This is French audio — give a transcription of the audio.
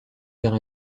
vers